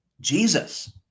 Jesus